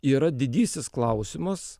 yra didysis klausimas